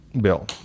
bill